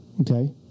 Okay